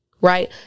right